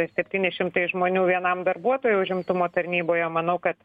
septyni šimtai žmonių vienam darbuotojui užimtumo tarnyboje manau kad